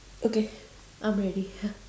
okay I'm ready